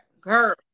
Girl